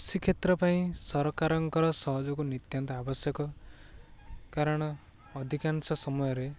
କୃଷି କ୍ଷେତ୍ର ପାଇଁ ସରକାରଙ୍କର ସହଯୋଗ ନିତ୍ୟାନ୍ତ ଆବଶ୍ୟକ କାରଣ ଅଧିକାଂଶ ସମୟରେ